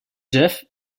jeff